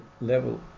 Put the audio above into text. level